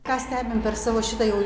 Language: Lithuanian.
ką stebim per savo šitą jau